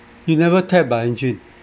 you never tap ah angie